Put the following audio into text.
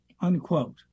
Unquote